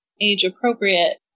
age-appropriate